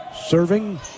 Serving